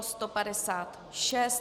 156.